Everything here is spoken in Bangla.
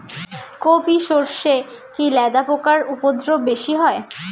কোপ ই সরষে কি লেদা পোকার উপদ্রব বেশি হয়?